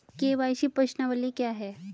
KYC प्रश्नावली क्या है?